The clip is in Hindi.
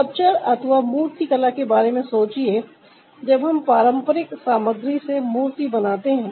सकपल्चर अथवा मूर्ति कला के बारे में सोचिए जब हम पारंपरिक सामग्री से मूर्ति बनाते हैं